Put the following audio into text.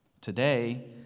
Today